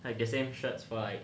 like the same shirts for like